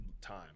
time